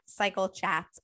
cyclechats